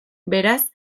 beraz